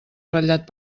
ratllat